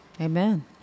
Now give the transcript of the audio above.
Amen